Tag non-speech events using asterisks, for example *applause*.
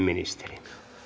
*unintelligible* ministeri